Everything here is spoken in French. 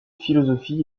philosophie